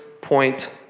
point